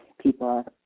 people